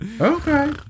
Okay